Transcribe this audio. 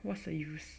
what's the use